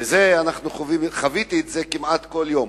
ואת זה חוויתי כמעט כל יום,